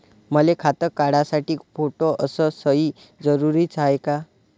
मले खातं काढासाठी फोटो अस सयी जरुरीची हाय का?